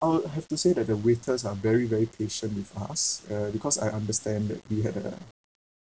I'll have to say that the waiters are very very patient with us uh because I understand that you had a